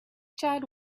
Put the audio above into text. chad